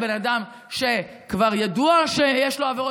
על אדם שידוע שיש לו עבירות,